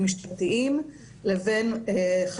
אנחנו לא רוצים להגיע לשם,